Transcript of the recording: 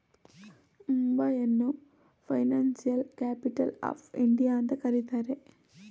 ಮುಂಬೈಯನ್ನು financial capital of India ಅಂತ ಕರಿತರೆ